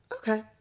Okay